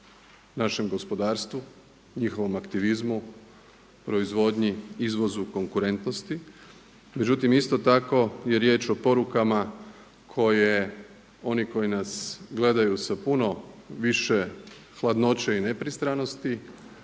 našem gospodarstvu, njihovom aktivizmu, proizvodnji, izvozu, konkurentnosti. Međutim, isto tako je riječ o porukama koje oni koji nas gledaju sa puno više hladnoće i nepristranosti,